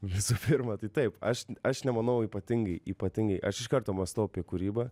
visų pirma tai taip aš aš nemanau ypatingai ypatingai aš iš karto mąstau apie kūrybą